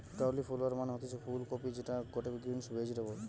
cauliflower মানে হতিছে ফুল কপি যেটা গটে গ্রিন ভেজিটেবল